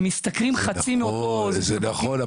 הם משתכרים חצי --- זה נכון,